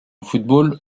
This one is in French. football